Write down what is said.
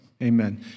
Amen